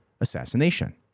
assassination